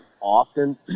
often